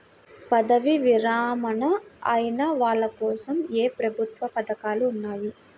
పదవీ విరమణ అయిన వాళ్లకోసం ఏ ప్రభుత్వ పథకాలు ఉన్నాయి?